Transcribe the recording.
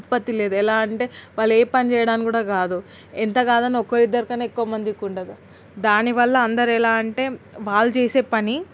ఉత్పత్తి లేదు ఎలా అంటే వాళ్ళు ఏ పని చేయటానికి కూడా కాదు ఎంత కాదన్నా ఒకరు ఇద్దరు కన్నా ఎక్కువమందికి ఉండదు దానివల్ల అందరు ఎలా అంటే వాళ్ళు చేసే పని